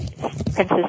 Princess